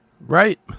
Right